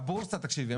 לא,